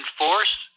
enforce